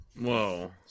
Whoa